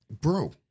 bro